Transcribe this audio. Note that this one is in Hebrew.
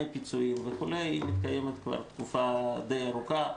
פיצויים מתקיימת כבר תקופה די ארוכה,